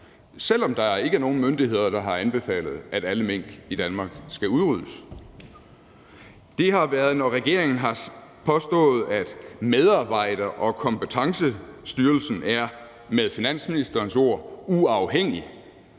selv om der ikke er nogen myndigheder, der har anbefalet, at alle mink i Danmark skal udryddes. Det har været, når regeringen har påstået, at Medarbejder- og Kompetencestyrelsen med finansministerens ord er »uafhængig«.